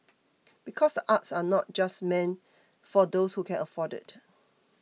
because the arts are not just meant for those who can afford it